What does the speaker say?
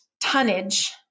tonnage